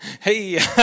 hey